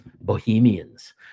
bohemians